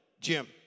Jim